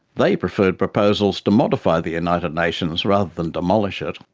they preferred proposals to modify the united nations rather than demolish it.